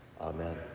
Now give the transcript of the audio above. Amen